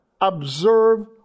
observe